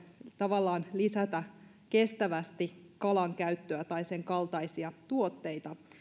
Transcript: tavallaan lisätä kestävästi kalan käyttöä tai sen kaltaisia tuotteita